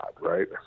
right